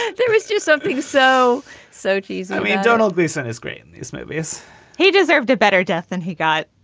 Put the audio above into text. there is do something. so sochi's donald gleason is green, these movies he deserved a better death than he got.